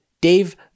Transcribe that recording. Dave